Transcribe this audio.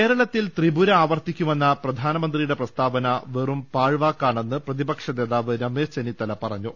കേരളത്തിൽ ത്രിപുര ആവർത്തിക്കുമെന്ന പ്രധാനമന്ത്രിയുടെ പ്രസ്താവന വെറും പാഴ് വാക്കാണെന്ന് പ്രതിപക്ഷ നേതാവ് രമേശ് ചെന്നിത്തല പറഞ്ഞു